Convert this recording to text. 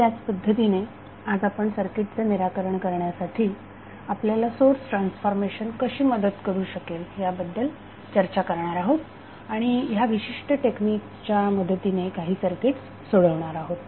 त्याच पद्धतीने आज आपण सर्किटचे निराकरण करण्यासाठी आपल्याला सोर्स ट्रान्सफॉर्मेशन कशी मदत करू शकेल याबद्दल चर्चा करणार आहोत आणि ह्या विशिष्ट टेक्निकच्या मदतीने काही सर्किट्स सोडवणार आहोत